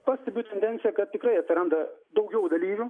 pastebiu tendenciją kad tikrai atsiranda daugiau dalyvių